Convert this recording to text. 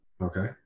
Okay